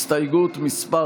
הסתייגות מס'